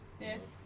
Yes